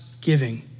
giving